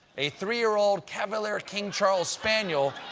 a three-year-old cavalier king charles spaniel,